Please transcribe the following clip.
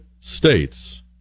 states